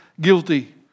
guilty